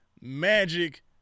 Magic